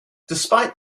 despite